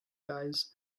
guys